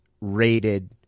rated